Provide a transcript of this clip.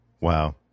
Wow